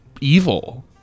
evil